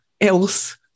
else